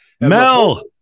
Mel